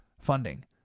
funding